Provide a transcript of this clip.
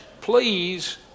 please